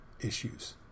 issues